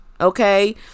Okay